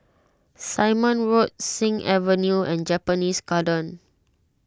Simon Road Sing Avenue and Japanese Garden